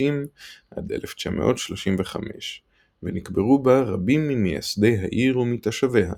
1935-1860 ונקברו בה רבים ממייסדי העיר ומתושביה.